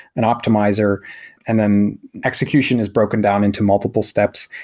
an optimizer and then execution is broken down into multiple steps.